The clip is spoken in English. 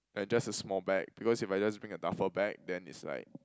like just a small bag because if I just bring a duffel bag then is like